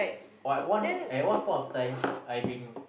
or at one at one point of times I being